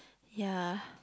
ya